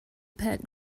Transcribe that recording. pet